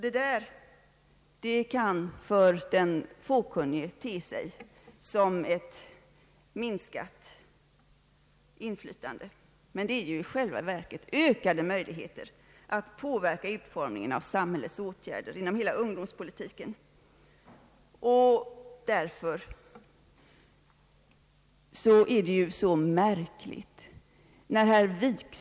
Detta kan för den fåkunnige te sig som ett minskat inflytande, men det ger i själva verket ökade möjligheter att påverka utformningen av samhällets åtgärder inom hela ungdomspolitiken.